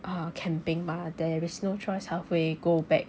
err camping mah there is no choice halfway go back